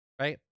Right